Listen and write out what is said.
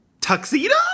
Tuxedo